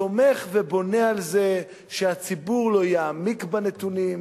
סומך ובונה על זה שהציבור לא יעמיק בנתונים.